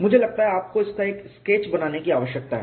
मुझे लगता है कि आपको इसका एक स्केच बनाने की आवश्यकता है